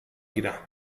گیرم